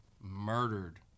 murdered